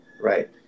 right